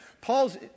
Paul's